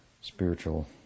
spiritual